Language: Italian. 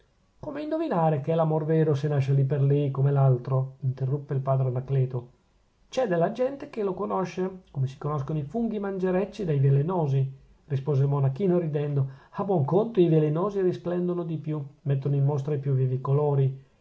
come indovinare che è l'amor vero se nasce lì per lì come l'altro interruppe il padre anacleto c'è della gente che lo conosce come si conoscono i funghi mangerecci dai velenosi rispose il monachino ridendo a buon conto i velenosi risplendono di più mettono in mostra i più vivi colori